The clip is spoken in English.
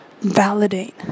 validate